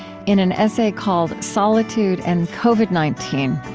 in an essay called solitude and covid nineteen,